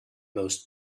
most